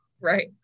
Right